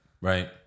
Right